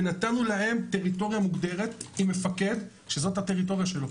ונתנו להם טריטוריה מוגדרת עם מפקד שזאת הטריטוריה שלו.